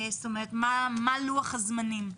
מה לוח הזמנים?